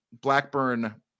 Blackburn